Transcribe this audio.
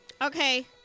okay